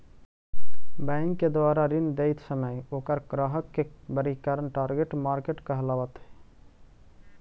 bank के द्वारा ऋण देइत समय ओकर ग्राहक के वर्गीकरण टारगेट मार्केट कहलावऽ हइ